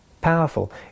powerful